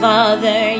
Father